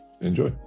enjoy